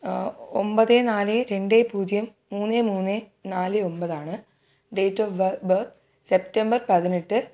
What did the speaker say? ഒമ്പത് നാല് രണ്ട് പൂജ്യം മൂന്ന് മൂന്ന് നാല് ഒമ്പതാണ് ഡേറ്റ് ഓഫ് ബർ സെപ്റ്റംബർ പതിനെട്ട്